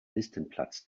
listenplatz